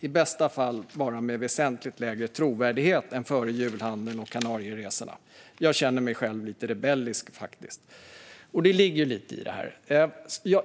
I bästa fall bara med väsentligt lägre trovärdighet än före julhandeln och Kanarieresorna. Jag känner mig själv lite rebellisk, faktiskt." Det ligger ju lite i det här.